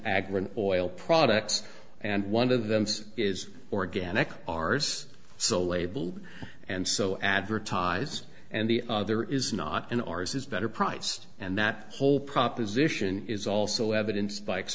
agro oil products and one of them says is organic ours so labeled and so advertise and the other is not in ours is better price and that whole proposition is also evident spikes